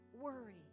worry